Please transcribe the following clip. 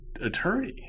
attorney